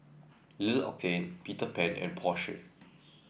L'Occitane Peter Pan and Porsche